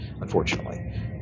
unfortunately